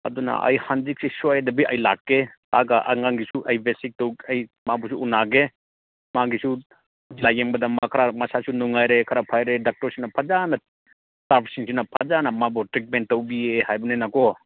ꯑꯗꯨꯅ ꯑꯩ ꯍꯥꯡꯆꯤꯠꯁꯦ ꯁꯣꯏꯗꯕꯤ ꯑꯩ ꯂꯥꯛꯀꯦ ꯂꯥꯛꯑꯒ ꯑꯉꯥꯡꯒꯤꯁꯨ ꯑꯩ ꯕꯦꯁꯤꯛꯇꯨ ꯑꯩ ꯃꯥꯕꯨꯁꯨ ꯎꯟꯅꯒꯦ ꯃꯥꯒꯤꯁꯨ ꯂꯥꯏꯌꯦꯡꯕꯗ ꯃꯥ ꯈꯔ ꯃꯁꯥꯁꯨ ꯅꯨꯡꯉꯥꯏꯔꯦ ꯈꯔ ꯐꯔꯦ ꯗꯥꯛꯇꯔꯁꯤꯡꯅ ꯐꯖꯅ ꯏꯁꯇꯥꯐꯁꯤꯡꯁꯤꯅ ꯐꯖꯅ ꯃꯥꯕꯨ ꯇ꯭ꯔꯤꯠꯃꯦꯟ ꯇꯧꯕꯤꯌꯦ ꯍꯥꯏꯕꯅꯤꯅꯀꯣ